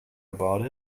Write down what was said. about